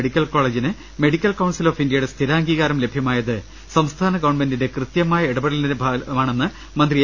medical കോളേജിന് medical council of ഇന്ത്യയുടെ സ്ഥിരാംഗീകാരം ലഭ്യമായത് സംസ്ഥാന ഗവർണ്മെന്റിന്റെ കൃത്യമായ ഇടപെടലിന്റെ ഫലമാണെന്ന് മന്ത്രി എ